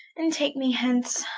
and take me hence,